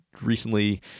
recently